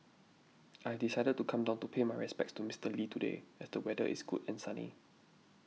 I decided to come down to pay my respects to Mister Lee today as the weather is good and sunny